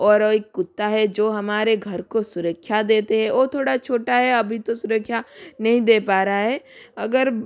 और एक कुत्ता है जो हमारे घर को सुरक्षा देते है ओ थोड़ा छोटा है अभी तो सुरक्षा नहीं दे पा रहा है अगर